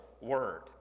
word